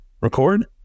record